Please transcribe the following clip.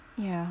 yeah